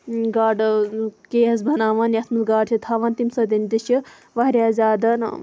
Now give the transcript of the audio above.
گاڈٕ کیس بَناوان یتھ مَنٛز گاڈٕ چھِ تھاوان تمہِ سۭتۍ تہِ چھِ واریاہ زیادَن